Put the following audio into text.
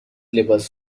لباس